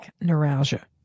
neuralgia